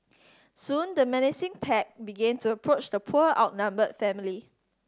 soon the menacing pack began to approach the poor outnumbered family